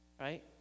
right